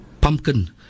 pumpkin